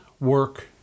work